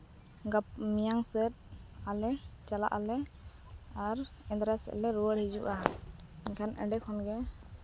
ᱜᱟᱯᱟ ᱢᱮᱭᱟᱝ ᱥᱮᱫ ᱟᱞᱮ ᱪᱟᱞᱟᱜ ᱟᱞᱮ ᱟᱨ ᱮᱸᱫᱨᱟᱭ ᱥᱮᱫ ᱞᱮ ᱨᱩᱭᱟᱹᱲ ᱦᱤᱡᱩᱜᱼᱟ ᱮᱱᱠᱷᱟᱱ ᱚᱸᱰᱮ ᱠᱷᱚᱱᱜᱮ